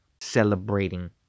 celebrating